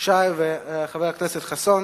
שי וחבר הכנסת חסון